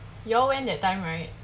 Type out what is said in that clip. you all went that time right